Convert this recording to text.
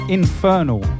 infernal